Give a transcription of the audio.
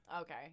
Okay